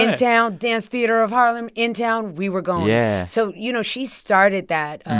in town, dance theater of harlem in town we were going yeah so, you know, she started that